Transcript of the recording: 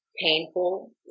painful